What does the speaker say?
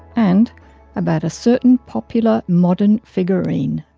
and about a certain popular modern figurine.